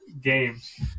games